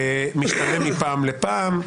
ומשתנה מפעם לפעם.